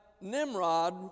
Nimrod